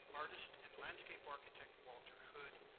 artist and landscape architect walter hood,